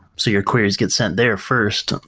so your queries get sent there first,